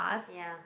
ya